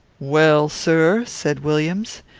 well, sir, said williams,